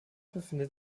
befindet